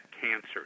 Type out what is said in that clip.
cancer